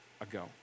ago